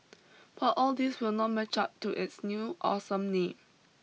but all these will not match up to its new awesome name